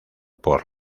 por